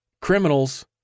Criminals